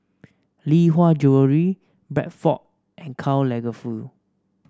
Lee Hwa Jewellery Bradford and Karl Lagerfeld